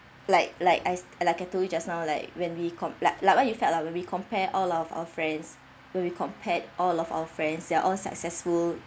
like like I s~ like I told you just now like when we com~ like like what you felt lah when we compare all of our friends when we compared all of our friends they're all successful